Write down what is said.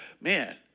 man